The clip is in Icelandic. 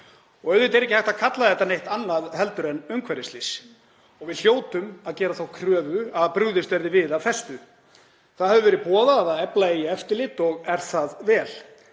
og auðvitað er ekki hægt að kalla þetta neitt annað heldur en umhverfisslys og við hljótum að gera þá kröfu að brugðist verði við af festu. Það hefur verið boðað að efla eigi eftirlit og er það vel,